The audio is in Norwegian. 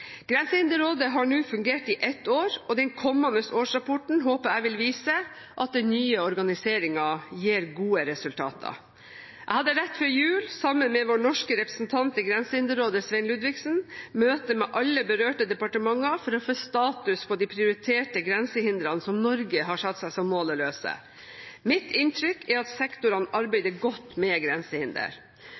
Grensehinderrådet har nå fungert i ett år, og den kommende årsrapporten håper jeg vil vise at den nye organiseringen gir gode resultater. Jeg hadde rett før jul, sammen med vår norske representant i Grensehinderrådet, Svein Ludvigsen, møte med alle berørte departementer for å få status på de prioriterte grensehindre som Norge har satt seg som mål å løse. Mitt inntrykk er at sektorene arbeider godt med